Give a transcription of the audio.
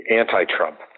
anti-Trump